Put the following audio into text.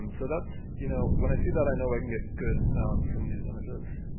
um so that's you know, when i see that i know i can get good sound from these images.